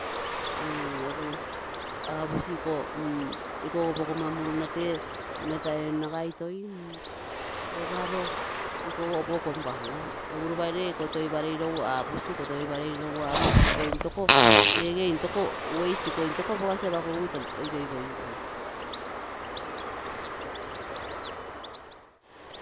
aposi iko, ikogo pogomma muruna tee rogaro ikogo opo kompagui egu ropa ree iko toiparei rogu, aposi toipareirogu, ways iko intoko apagasi apakogimo toitoipogigui.